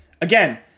Again